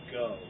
go